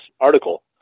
article